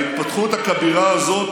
ההתפתחות הכבירה הזאת